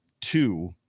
two